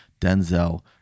Denzel